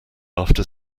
after